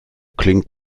klingt